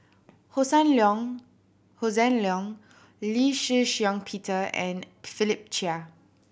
Hossan Leong Hossan Leong Lee Shih Shiong Peter and Philip Chia